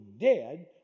dead